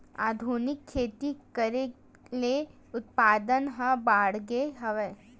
आधुनिक खेती करे ले उत्पादन ह बाड़गे हवय